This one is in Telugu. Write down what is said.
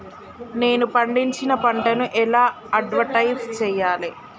నేను పండించిన పంటను ఎలా అడ్వటైస్ చెయ్యాలే?